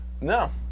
No